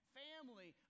family